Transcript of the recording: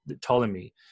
Ptolemy